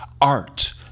art